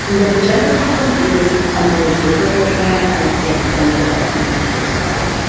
but the gender problem is a more difficult one, i think, than the developing countries problem.